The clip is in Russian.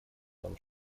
нам